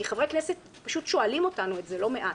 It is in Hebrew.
כי חברי כנסת פשוט שואלים אותנו את זה לא מעט.